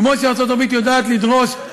כמו שארצות-הברית יודעת לדרוש בסדר,